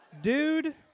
Dude